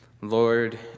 Lord